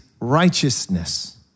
righteousness